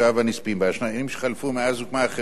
השנים שחלפו מאז הוקמה החברה הוכיחו שלצד